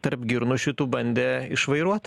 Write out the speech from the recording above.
tarp girnų šitų bandė išvairuot